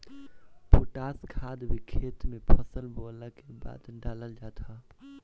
potash खाद भी खेत में फसल बोअला के बाद डालल जात हवे